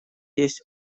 есть